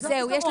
לא?